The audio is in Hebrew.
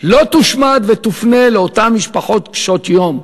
לא יושמד ויופנה לאותן משפחות קשות יום.